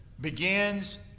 begins